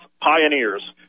Pioneers